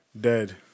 Dead